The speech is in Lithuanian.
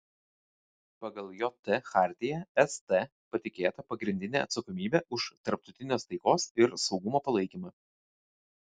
pagal jt chartiją st patikėta pagrindinė atsakomybė už tarptautinės taikos ir saugumo palaikymą